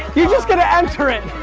you're just gonna enter it.